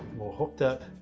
we'll hook that